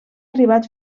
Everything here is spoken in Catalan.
arribat